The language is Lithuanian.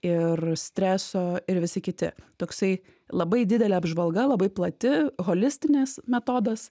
ir streso ir visi kiti toksai labai didelė apžvalga labai plati holistinės metodas